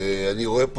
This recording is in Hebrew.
אני רואה פה